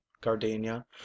gardenia